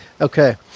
Okay